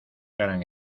gran